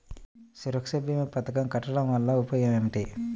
సురక్ష భీమా పథకం కట్టడం వలన ఉపయోగం ఏమిటి?